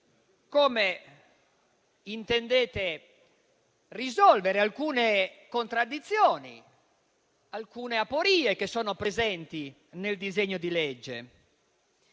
come intendete risolvere alcune contraddizioni e aporie presenti nel disegno di legge.